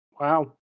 Wow